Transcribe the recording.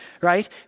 right